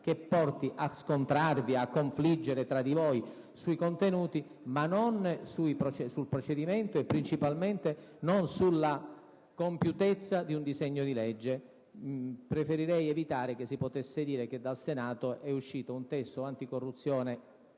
che porti a scontrarci e a confliggere sui contenuti, ma non sul procedimento, e principalmente non sulla compiutezza di un disegno di legge. Preferirei evitare che si possa dire che dal Senato è uscito un testo anticorruzione